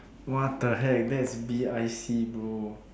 what the hack that is B_I_C bro